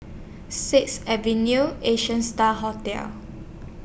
Sixth Avenue Asian STAR Hotel